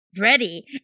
ready